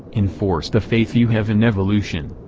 enforce the faith you have in evolution.